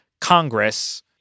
Congress